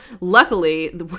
Luckily